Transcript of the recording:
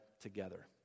together